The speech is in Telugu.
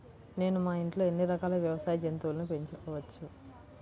నేను మా ఇంట్లో ఎన్ని రకాల వ్యవసాయ జంతువులను పెంచుకోవచ్చు?